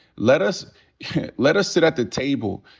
let us let us sit at the table.